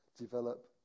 Develop